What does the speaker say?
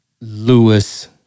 Lewis